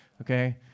okay